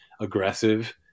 aggressive